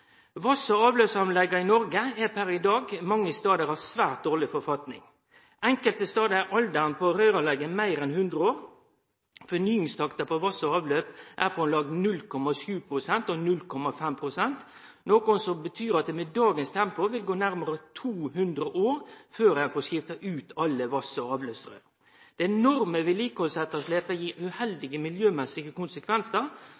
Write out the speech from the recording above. Vass- og avløpsanlegga i Noreg er per i dag mange stader i svært dårleg stand. Enkelte stader er alderen på røyranlegga meir enn 100 år. Fornyingstakta på vass- og avløpsrøyr er på om lag 0,7 pst. og 0,5 pst., noko som betyr at det med dagens tempo vil gå nærare 200 år før ein får skifta ut alle vass- og avløpsrøyr. Det enorme vedlikehaldsetterslepet gir